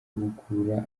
gukurura